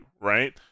right